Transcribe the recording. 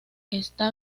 está